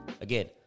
Again